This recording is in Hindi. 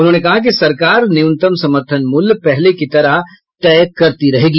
उन्होंने कहा कि सरकार न्यूनतम समर्थन मूल्य पहले की तरह तय करती रहेगी